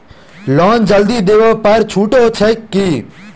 Loan जल्दी देबै पर छुटो छैक की?